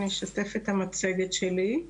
אני משתפת את המצגת שלי.